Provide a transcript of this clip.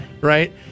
Right